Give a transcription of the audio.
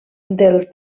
del